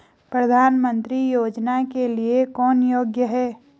प्रधानमंत्री योजना के लिए कौन योग्य है?